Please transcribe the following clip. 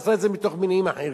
עשה את זה מתוך מניעים אחרים.